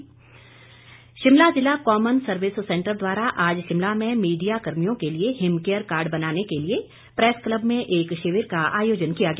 शिविर शिमला जिला common service centre द्वारा आज शिमला में मीडिया कर्मियों के लिए हिमकेयर कार्ड बनाने के लिए प्रैस क्लब में एक शिविर का आयोजन किया गया